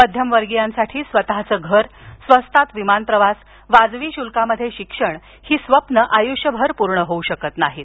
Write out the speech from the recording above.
मध्यम वर्गीयांची स्वतःचे घर स्वस्तात विमान प्रवास वाजवी शुल्कात शिक्षण ही स्वप्नं आयुष्यभर पूर्ण होऊ शकत नाहीत